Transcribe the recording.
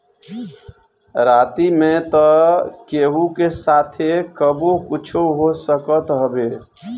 राही में तअ केहू के साथे कबो कुछु हो सकत हवे